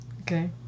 Okay